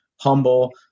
humble